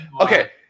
okay